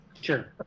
Sure